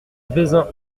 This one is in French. vezin